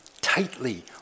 tightly